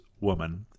woman